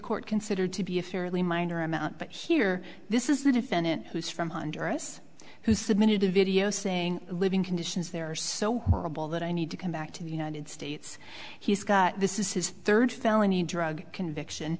court considered to be a fairly minor amount but here this is the defendant who's from honduras who submitted a video saying living conditions there are so horrible that i need to come back to the united states he's got this is his third felony drug conviction